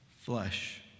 flesh